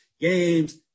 games